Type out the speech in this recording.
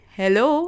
hello